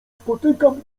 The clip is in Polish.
spotykam